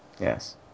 Yes